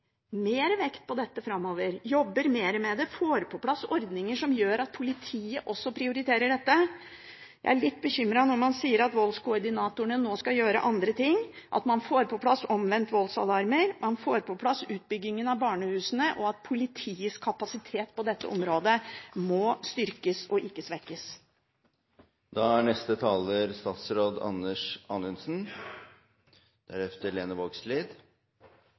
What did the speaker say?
mer vekt på dette framover, jobber mer med det og får på plass ordninger som gjør at politiet også prioriterer dette. Jeg er litt bekymret når man sier at familievoldskoordinatorene nå skal gjøre andre ting – man må få på plass omvendt voldsalarm, utbyggingen av barnehusene, og politiets kapasitet på dette området må styrkes og ikke